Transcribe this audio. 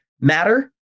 matter